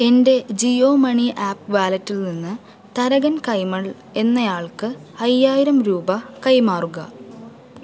എൻ്റെ Jio money app വാലറ്റിൽ നിന്ന് തരകൻ കൈമൾ എന്നയാൾക്ക് അയ്യായിരം രൂപ കൈമാറുക